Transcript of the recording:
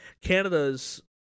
Canada's